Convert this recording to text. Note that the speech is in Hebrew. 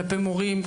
כלפי מורים,